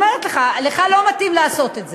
אז אני אומרת לך, לך לא מתאים לעשות את זה.